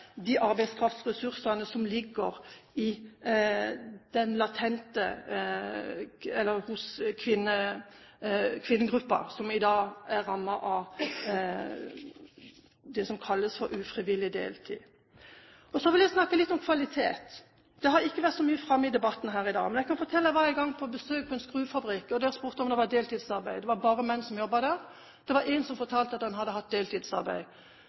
de arbeidskraftressursene som ligger latent i kvinnegruppen som i dag er rammet av det som kalles ufrivillig deltid. Så vil jeg snakke litt om kvalitet. Det har ikke vært så mye framme i debatten her i dag. Men jeg kan fortelle at jeg en gang var på besøk på en skruefabrikk. Der spurte jeg om det var deltidsarbeid. Det var bare menn som jobbet der. Det var én som fortalte at han hadde hatt deltidsarbeid,